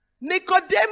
Nicodemus